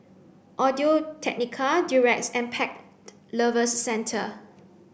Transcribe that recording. Audio Technica Durex and Pet Lovers Centre